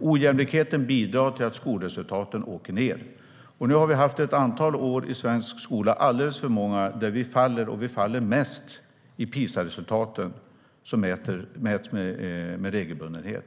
Ojämlikheten bidrar till att skolresultaten åker ned. Nu har vi haft ett antal år i svensk skola, alldeles för många, där vi faller. Vi faller mest i PISA-resultaten som mäts med regelbundenhet.